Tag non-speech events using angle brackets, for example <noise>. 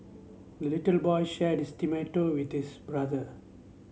the little <unintelligible> boy shared his tomato with this brother